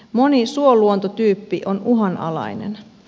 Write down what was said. moni suoluontotyyppi on uhanalainen